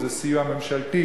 אם בסיוע ממשלתי